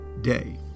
day